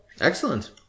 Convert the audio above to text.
Excellent